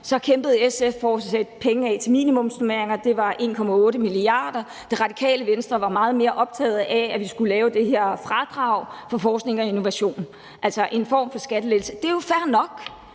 kæmpede SF for at sætte penge af til minimumsnormeringer. Det var 1,8 mia. kr., og Radikale Venstre var meget mere optaget af, at vi skulle lave det her fradrag på forskning og innovation, altså en form for skattelettelse. Det er jo fair nok,